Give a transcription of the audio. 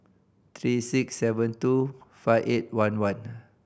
three six seven two five eight one one